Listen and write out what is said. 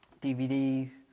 DVDs